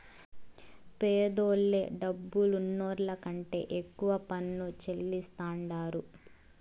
పేదోల్లే డబ్బులున్నోళ్ల కంటే ఎక్కువ పన్ను చెల్లిస్తాండారు